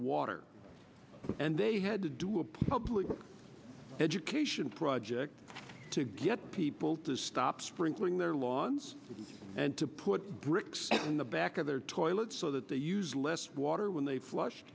water and they had to do a public education project to get people to stop sprinkling their lawns and to put bricks in the back of their toilets so that they use less water when they flush